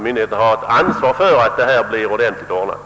Myndigheterna har ansvaret för att dessa saker blir ordentligt ordnade.